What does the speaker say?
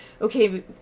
okay